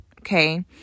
Okay